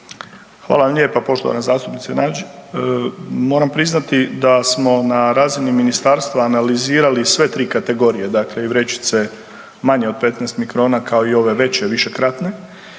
vam lijepa poštovana zastupnice Nađ. Moram priznati da smo na razini Ministarstva analizirali sve tri kategorije, dakle i vrećice manje od 15 mikrona, kao i ove veće, višekratne.